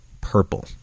purple